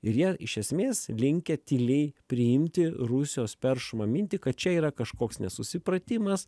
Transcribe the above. ir jie iš esmės linkę tyliai priimti rusijos peršamą mintį kad čia yra kažkoks nesusipratimas